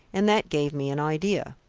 and that gave me an idea.